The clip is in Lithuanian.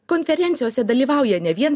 konferencijose dalyvauja ne vien